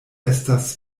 estas